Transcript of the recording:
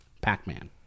Pac-Man